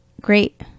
great